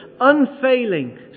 unfailing